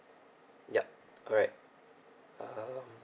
yup correct uh (huh)